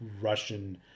Russian